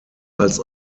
als